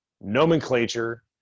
nomenclature